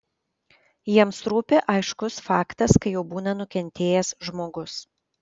jiems rūpi aiškus faktas kai jau būna nukentėjęs žmogus